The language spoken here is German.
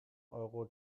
euro